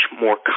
more